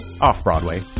off-Broadway